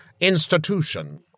Institution